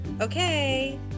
Okay